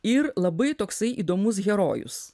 ir labai toksai įdomus herojus